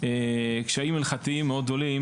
קשיים הלכתיים מאוד גדולים,